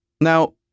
Now